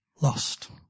lost